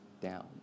down